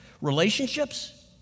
relationships